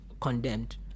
condemned